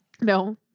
No